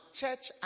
church